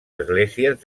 esglésies